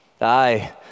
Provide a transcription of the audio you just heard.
Aye